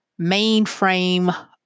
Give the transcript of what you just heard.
mainframe